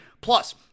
plus